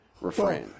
refrain